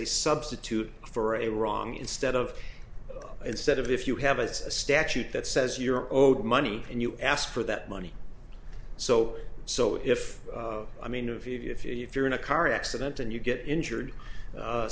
a substitute for a wrong instead of instead of if you have a statute that says you're owed money and you ask for that money so so if i mean if you're in a car accident and you get injured